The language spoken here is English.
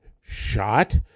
shot